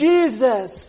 Jesus